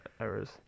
errors